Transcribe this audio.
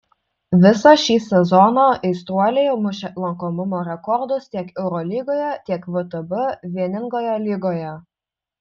visą šį sezoną aistruoliai mušė lankomumo rekordus tiek eurolygoje tiek vtb vieningoje lygoje